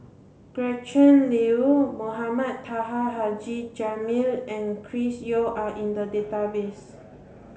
Gretchen Liu Mohamed Taha Haji Jamil and Chris Yeo are in the database